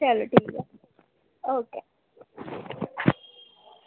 चलो ठीक ऐ ओके